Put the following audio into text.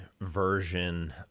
version